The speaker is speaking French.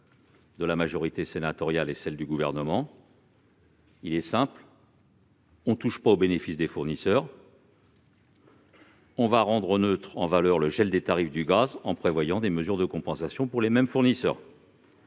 de la majorité sénatoriale et ceux du Gouvernement ! Cette collusion est simple : on ne touche pas aux bénéfices des fournisseurs et on neutralise le gel des tarifs du gaz en prévoyant des mesures de compensation pour ces mêmes fournisseurs.